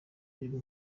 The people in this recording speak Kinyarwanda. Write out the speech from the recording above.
uyu